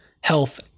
health